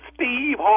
Steve